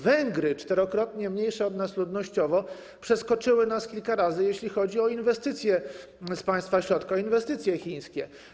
Węgry, czterokrotnie mniejsze od nas ludnościowo, przeskoczyła nas kilka razy, jeśli chodzi o inwestycje z Państwa Środka, inwestycje chińskie.